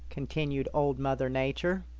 continued old mother nature.